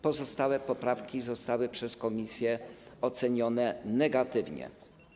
Pozostałe poprawki zostały przez komisję ocenione negatywnie.